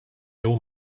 all